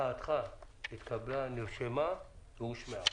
מחאתך התקבלה, נשמעה והושמעה.